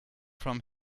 from